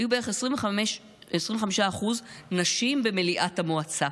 היו בערך 25% נשים במליאת המועצה.